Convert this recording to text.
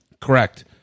Correct